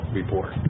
report